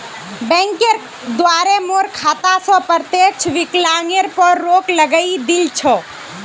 बैंकेर द्वारे मोर खाता स प्रत्यक्ष विकलनेर पर रोक लगइ दिल छ